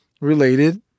related